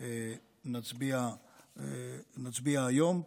נצביע עליו היום.